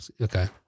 Okay